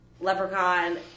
Leprechaun